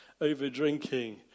over-drinking